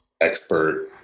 expert